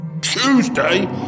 Tuesday